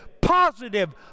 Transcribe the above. positive